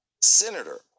Senator